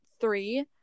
three